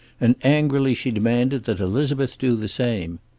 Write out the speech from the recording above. and angrily she demanded that elizabeth do the same.